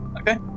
Okay